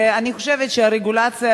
ואני חושבת שהרגולציה,